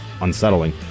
unsettling